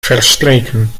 verstreken